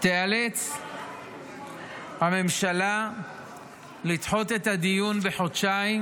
תיאלץ הממשלה לדחות את הדיון בחודשיים